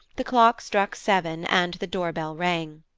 the clock struck seven and the doorbell rang.